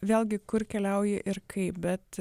vėlgi kur keliauji ir kaip bet